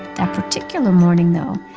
that particular morning, though,